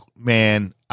man